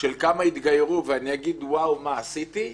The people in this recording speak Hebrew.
של כמה התגיירו ואני אגיד: וואו, מה עשיתי?